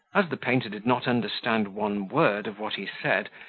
as the painter did not understand one word of what he said,